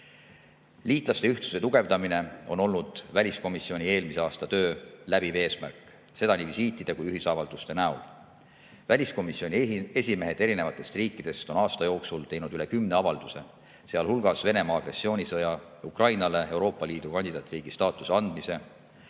Liitlaste ühtsuse tugevdamine oli väliskomisjoni eelmise aasta töö läbiv eesmärk, seda nii visiitide kui ka ühisavalduse näol. Väliskomisjoni esimehed eri riikidest on aasta jooksul teinud üle kümne avalduse, sealhulgas Venemaa agressioonisõja, Ukrainale Euroopa Liidu kandidaatriigi staatuse andmise,